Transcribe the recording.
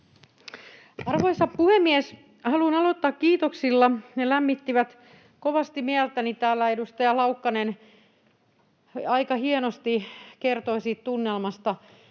Arvoisa puhemies! Haluan aloittaa kiitoksilla. Ne lämmittivät kovasti mieltäni. Edustaja Laukkanen aika hienosti kertoi siitä tunnelmasta,